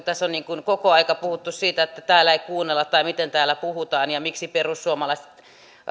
tässä on koko ajan puhuttu siitä että täällä ei kuunnella tai että miten täällä puhutaan ja miksi perussuomalaiset